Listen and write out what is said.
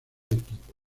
equipo